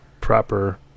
proper